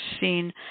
seen